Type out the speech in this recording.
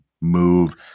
move